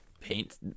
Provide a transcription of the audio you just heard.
paint